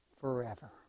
forever